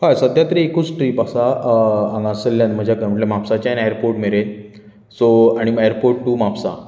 हय सध्या तरी एकूच ट्रिप आसा हय हांगासल्यान कडल्यान म्हज्या म्हापशांतल्यान एरर्पोट मेरेन सो आनी मागीर परतन म्हापसा